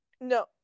No